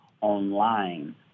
online